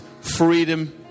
freedom